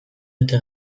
dute